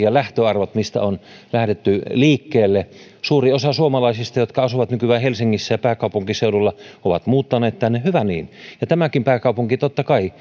ja lähtöarvot mistä on lähdetty liikkeelle suuri osa suomalaisista jotka asuvat nykyään helsingissä ja pääkaupunkiseudulla on muuttanut tänne hyvä niin ja tämänkin pääkaupungin totta kai